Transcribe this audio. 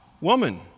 woman